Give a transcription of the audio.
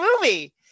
movie